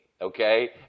okay